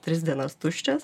tris dienas tuščias